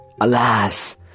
Alas